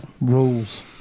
Rules